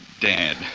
Dad